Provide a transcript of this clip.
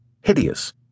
Hideous